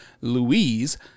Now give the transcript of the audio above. Louise